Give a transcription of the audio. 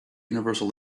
universal